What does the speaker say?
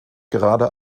gerade